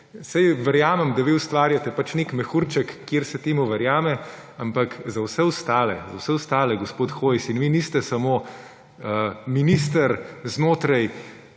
Saj verjamem, da vi ustvarjate nek mehurček, kjer se temu verjame, ampak za vse ostale, gospod Hojs, in vi niste samo minister znotraj